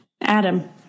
Adam